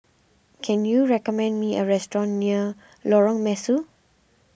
can you recommend me a restaurant near Lorong Mesu